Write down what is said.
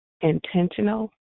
intentional